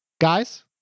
guys